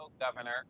Governor